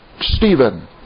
Stephen